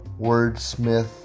wordsmith